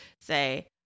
say